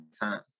time